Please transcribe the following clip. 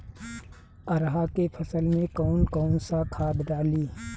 अरहा के फसल में कौन कौनसा खाद डाली?